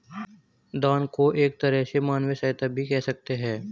दान को एक तरह से मानवीय सहायता भी कह सकते हैं